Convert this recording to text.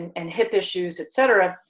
and hip issues, et cetera,